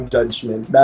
Judgment